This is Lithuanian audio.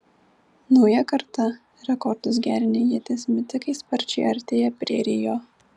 nauja karta rekordus gerinę ieties metikai sparčiai artėja prie rio